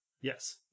Yes